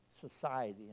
society